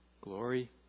glory